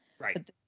Right